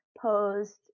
Posed